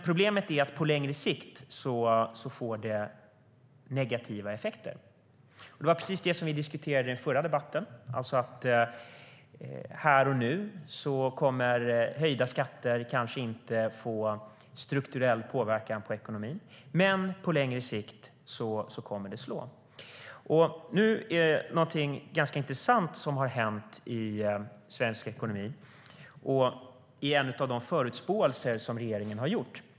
Problemet är att på längre sikt får det negativa effekter. Det var precis det vi diskuterade i den förra debatten. Här och nu kommer höjda skatter kanske inte att ha strukturell påverkan på ekonomin, men på längre sikt kommer det att slå. Nu är det någonting ganska intressant som har hänt i svensk ekonomi och i ett av de förutspåenden som regeringen har gjort.